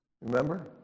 Remember